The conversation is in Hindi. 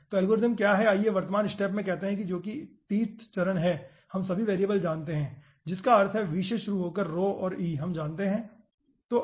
तो एल्गोरिथम क्या है आइए वर्तमान टाइम स्टेप में कहते हैं जो कि tवां चरण है हम सभी वेरिएबल जानते हैं जिसका अर्थ है v से शुरू होकर और e हम जानते हैं ठीक है